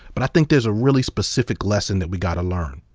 but i think there's a really specific lesson that we gotta learn.